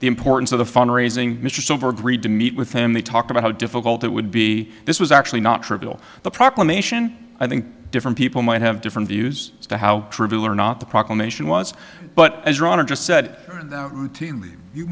the importance of the fund raising mr silver agreed to meet with him they talked about how difficult it would be this was actually not trivial the proclamation i think different people might have different views as to how trivial or not the proclamation was but as ro